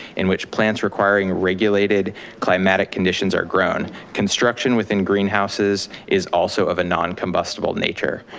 in which plants requiring regulated climatic conditions are grown, construction within greenhouses is also of a non-combustible nature.